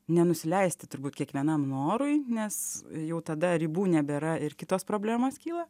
nenusileisti turbūt kiekvienam norui nes jau tada ribų nebėra ir kitos problemos kyla